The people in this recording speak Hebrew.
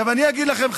אני אגיד לכם,